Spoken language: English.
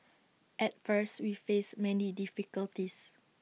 at first we faced many difficulties